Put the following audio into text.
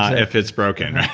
ah if it's broken.